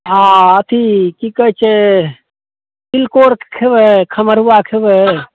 आ अथी की कहै छै तिलकोरके कहबै खमरुआ खेबै